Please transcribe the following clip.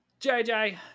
JJ